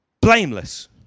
blameless